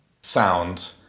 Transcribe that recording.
sound